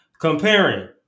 comparing